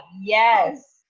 yes